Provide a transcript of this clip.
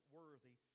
worthy